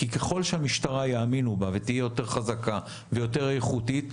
ככל שיאמינו במשטרה והיא תהיה יותר חזקה ויותר איכותית,